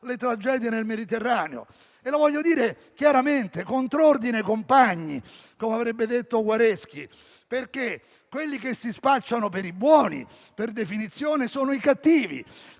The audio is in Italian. le tragedie nel Mediterraneo. Lo voglio dire chiaramente: contrordine, compagni, come avrebbe detto Guareschi, perché quelli che si spacciano per i buoni, per definizione, sono i cattivi,